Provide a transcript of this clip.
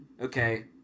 Okay